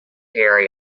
harry